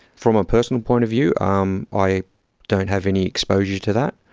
from a personal point of view um i don't have any exposure to that.